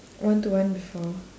one to one before